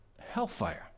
hellfire